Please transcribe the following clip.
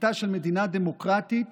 עבודתה של מדינה דמוקרטית